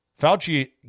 Fauci